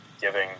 giving